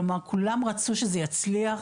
כלומר כולם רצו שזה יצליח,